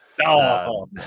No